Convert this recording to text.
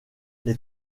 les